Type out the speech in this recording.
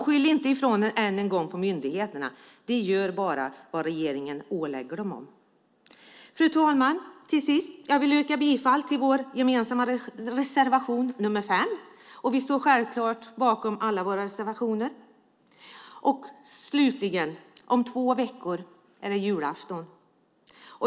Skyll inte än en gång ifrån er på myndigheterna. De gör bara vad regeringen ålägger dem! Fru ålderspresident! Jag vill till sist yrka bifall till vår gemensamma reservation nr 5, men vi står självklart bakom alla våra reservationer. Slutligen: Om två veckor är det julafton.